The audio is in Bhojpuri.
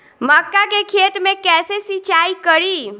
मका के खेत मे कैसे सिचाई करी?